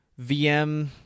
VM